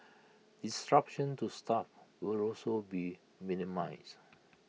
disruption to staff will also be minimised